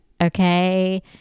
okay